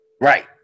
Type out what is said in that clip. Right